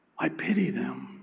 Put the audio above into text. i pity them.